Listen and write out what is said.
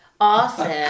Awesome